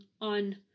on